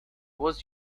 was